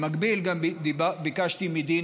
במקביל ביקשתי מדין,